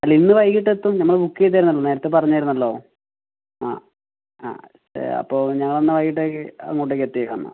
അല്ല ഇന്ന് വൈകിട്ടെത്തും നമ്മൾ ബുക്ക് ചെയ്തിരുന്നല്ലോ നേരത്തേ പറഞ്ഞിരുന്നല്ലോ ആ ആ അപ്പോൾ ഞങ്ങളെന്നാൽ വൈകിട്ടേയ്ക്ക് അങ്ങോട്ടേക്കെത്തിയേക്കാം എന്നാൽ